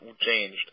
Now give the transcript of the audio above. changed